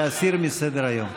להסיר מסדר-היום.